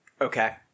Okay